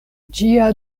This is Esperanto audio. ĝia